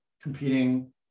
competing